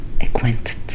acquainted